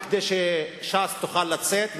וכדי שש"ס תוכל לצאת,